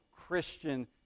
Christian